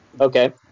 Okay